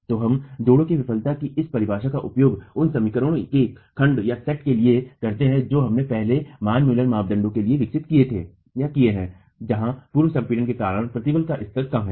तो हम जोड़ों की विफलता की इस परिभाषा का उपयोग उन समीकरणों के खंडसेट के लिए करते हैं जो हमने पहले मान मुलर मानदंड के लिए विकसित किए हैं जहां पूर्व संपीड़न के कारण प्रतिबल का स्तर कम है